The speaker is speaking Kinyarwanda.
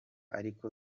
ariko